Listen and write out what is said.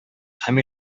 һәм